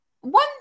one